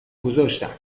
گذاشتم